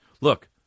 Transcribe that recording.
Look